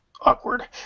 awkward